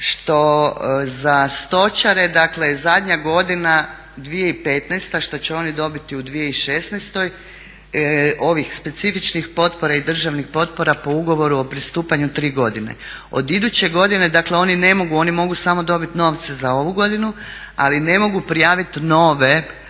što za stočare je dakle zadnja godina 2015. što će oni dobiti u 2016. ovih specifičnih potpora i državnih potpora po ugovoru o pristupanju 3 godine. Od iduće godine, dakle oni ne mogu, oni mogu samo dobiti novce za ovu godinu ali ne mogu prijaviti nove